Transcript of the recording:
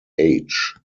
age